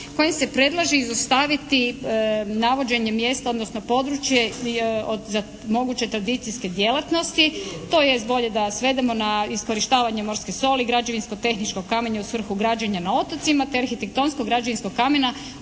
kojim se predlaže izostaviti navođenje mjesta odnosno područje od moguće tradicijske djelatnosti tj. bolje da svedemo na iskorištavanje morske soli, građevinsko tehničko kamenje u svrhu građenja na otocima te arhitektonsko građevinskog kamena